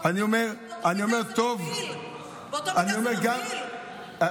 אני אומר, טוב, באותו רגע זה מבהיל.